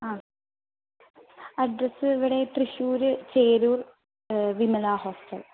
ആ അഡ്രസ്സ് ഇവിടെ തൃശ്ശൂർ ചേരൂർ വിമല ഹോസ്റ്റൽ